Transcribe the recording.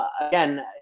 again